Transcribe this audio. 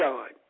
God